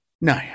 No